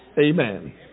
Amen